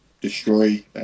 destroy